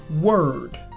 word